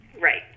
Right